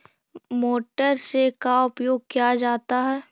Motor से का उपयोग क्या जाता है?